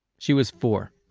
she was four